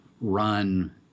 run